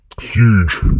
huge